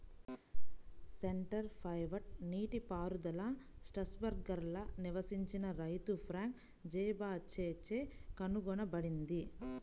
centre pivot నీటిపారుదల స్ట్రాస్బర్గ్లో నివసించిన రైతు ఫ్రాంక్ జైబాచ్ చే కనుగొనబడింది